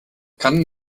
kann